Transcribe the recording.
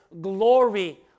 glory